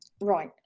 Right